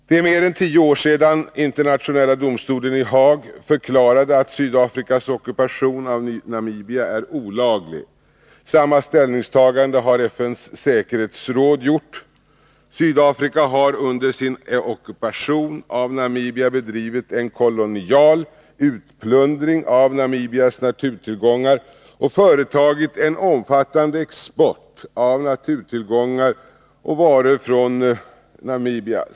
Det är mer än tio år sedan Internationella domstolen i Haag förklarade att Sydafrikas ockupation av Namibia är olaglig. Samma ställningstagande har FN:s säkerhetsråd gjort. Sydafrika har under sin ockupation av Namibia bedrivit en kolonial utplundring av Namibias naturtillgångar och företagit en omfattande export av naturtillgångar och varor från Namibia.